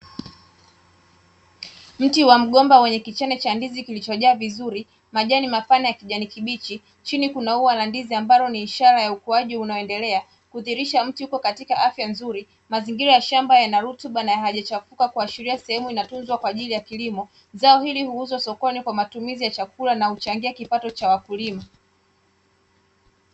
Mti wa mgomba mwenye kichane cha ndizi kilichojaa vizuri majani mapana ya kijani kibichi chini kuna ua la ndizi ambalo ni ishara ya ukuaji unaoendelea kudhihirisha mti uko katika afya nzuri, mazingira ya shamba yana rutuba na hajachafuka kuashiria sehemu inatunzwa kwa ajili ya kilimo zao hili huuzwa sokoni kwa matumizi ya chakula na uchangia kipato cha wakulima.